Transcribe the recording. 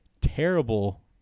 terrible